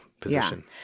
position